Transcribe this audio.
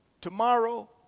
tomorrow